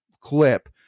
clip